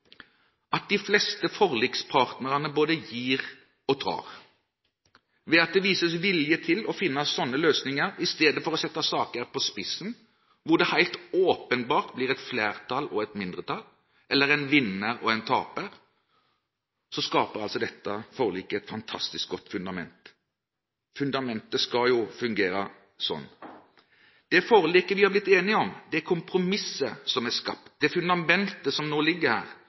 at de fleste forlikspartnerne både gir og tar. Ved at det vises vilje til å finne løsninger i stedet for å sette saker på spissen, hvor det helt åpenbart blir et flertall og et mindretall – eller en vinner og en taper – skaper dette forliket et fantastisk godt fundament. Fundamentet skal fungere slik. Det forliket vi har blitt enige om, det kompromisset som er skapt, det fundamentet som nå ligger her,